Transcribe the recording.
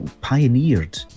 pioneered